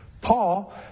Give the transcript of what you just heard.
Paul